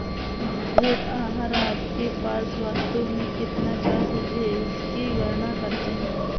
ऋण आहार आपके पास वास्तव में कितना क़र्ज़ है इसकी गणना करते है